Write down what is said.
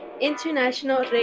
international